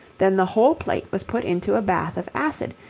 then the whole plate was put into a bath of acid,